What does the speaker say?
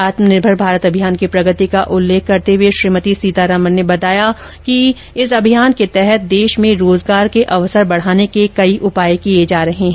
आत्मनिर्भर भारत अभियान की प्रगति का उल्लेख करते हुए श्रीमती सीतारामन ने बताया कि आत्मनिर्भर अभियान के तहत देश में रोजगार के अवसर बढ़ाने के कई उपाए किए जा रहे हैं